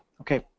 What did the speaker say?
Okay